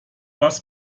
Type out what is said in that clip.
was